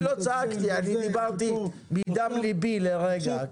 אני לא צעקתי, אני דיברתי מדם ליבי לרגע.